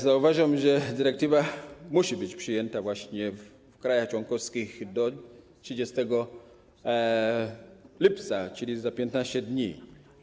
Zauważam, że dyrektywa musi być przyjęta właśnie w krajach członkowskich do 30 lipca, czyli za 15 dni.